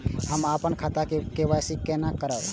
हम अपन खाता के के.वाई.सी केना करब?